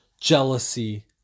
jealousy